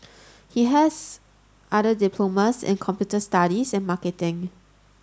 he has other diplomas in computer studies and marketing